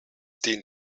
dient